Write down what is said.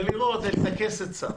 לטכס עצה